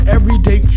Everyday